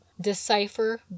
decipher